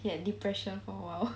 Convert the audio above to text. it had depression for awhile